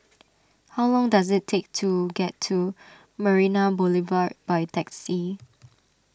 how long does it take to get to Marina Boulevard by taxi